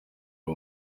uwo